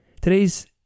Today's